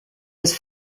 was